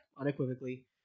unequivocally